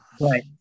right